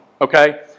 Okay